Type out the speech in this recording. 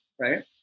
Right